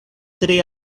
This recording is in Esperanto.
tre